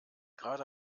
gerade